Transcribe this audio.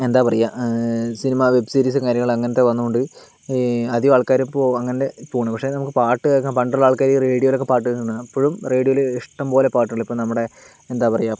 എന്താണ് പറയുക cinema web സീരീസും കാര്യങ്ങളും അങ്ങനത്തെ വന്നതുകൊണ്ട് അധികം ആൾക്കാരും ഇപ്പോൾ അങ്ങനെ പോകുന്നു പക്ഷേ പാട്ട് കേൾക്കാൻ പണ്ടുള്ള ആൾക്കാർ ഈ റേഡിയോയിലൊക്കെ പാട്ട് കേൾക്കുന്ന കാണാം ഇപ്പോഴും റേഡിയോയിൽ ഇഷ്ടംപോലെ പാട്ടുകൾ ഇപ്പോൾ നമ്മുടെ എന്താണ് പറയുക